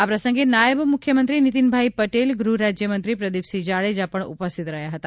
આ પ્રસંગે નાયબ મુખ્યમંત્રી નીતિનભાઇ પટેલ ગૃહરાજ્યમંત્રી પ્રદિપસિંહ જાડેજા પણ ઉપસ્થિત રહ્યા હતા